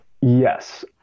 Yes